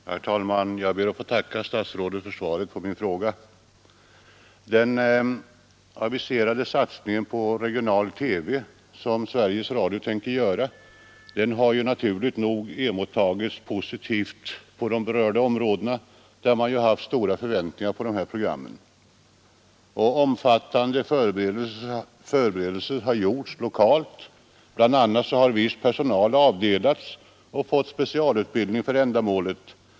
Herr talman! Jag ber att få tacka statsrådet för svaret på min fråga. Den aviserade satsningen på regional TV som Sveriges Radio tänker göra har naturligt nog emottagits positivt inom de berörda områdena, där man haft stora förväntningar på de här programmen. Omfattande förberedelser har gjorts lokalt. Bl. a. har viss personal avdelats och fått specialutbildning för ändamålet.